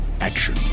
Action